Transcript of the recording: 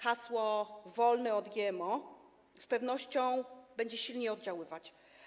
Hasło „wolne od GMO” z pewnością będzie silnie oddziaływać.